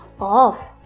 off